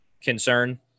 concern